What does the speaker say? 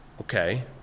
Okay